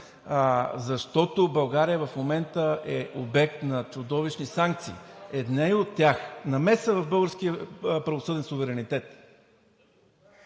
защото България в момента е обект на чудовищни санкции. Едни от тях – намеса в българския правосъден суверенитет,